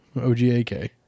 O-G-A-K